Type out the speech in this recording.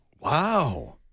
Wow